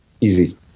easy